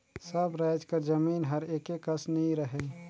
सब राएज कर जमीन हर एके कस नी रहें